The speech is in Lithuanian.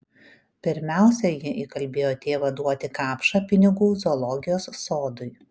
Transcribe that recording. pirmiausia ji įkalbėjo tėvą duoti kapšą pinigų zoologijos sodui